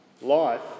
Life